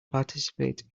participate